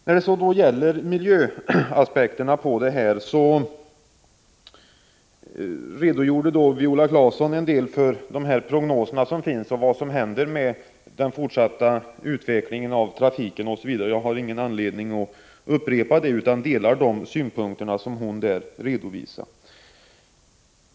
När det gäller miljöaspekterna redogjorde Viola Claesson något för de prognoser som finns och för vad som händer i fråga om den fortsatta utvecklingen av trafiken osv. Jag har ingen anledning att upprepa detta, utan jag delar de synpunkter hon redovisade.